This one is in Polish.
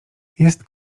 jest